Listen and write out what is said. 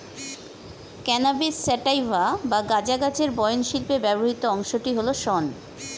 cannabis sativa বা গাঁজা গাছের বয়ন শিল্পে ব্যবহৃত অংশটি হল শন